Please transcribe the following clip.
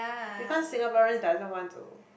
because Singaporean doesn't want to